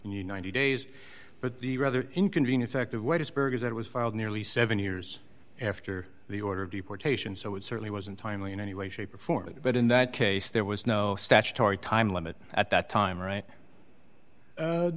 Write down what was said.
and you ninety days but the rather inconvenient fact of what is berg is that was filed nearly seven years after the order of deportation so it certainly wasn't timely in any way shape or form but in that case there was no statutory time limit at that time right